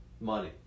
Money